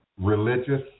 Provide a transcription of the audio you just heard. religious